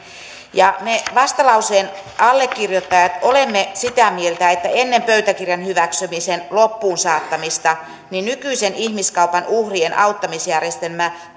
me vastalauseen allekirjoittajat olemme sitä mieltä että ennen pöytäkirjan hyväksymisen loppuunsaattamista nykyinen ihmiskaupan uhrien auttamisjärjestelmä